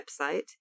website